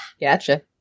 Gotcha